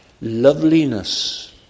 loveliness